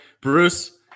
bruce